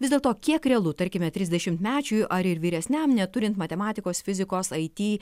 vis dėlto kiek realu tarkime trisdešimtmečiui ar ir vyresniam neturint matematikos fizikos it